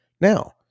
Now